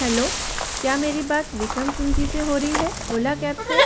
hello क्या मेरी बात विक्रम सिंह जी से हो रही है ओला कैब से